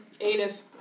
Anus